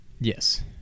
Yes